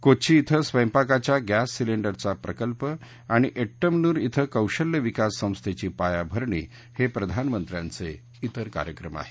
कोच्ची धिं स्वयंपाकाच्या गॅस सिलिंडरचा प्रकल्प आणि एड्मनुर धिं कौशल्य विकास संस्थेची पायाभरणी हे प्रधानमंत्र्यांचे तिर कार्यक्रम आहेत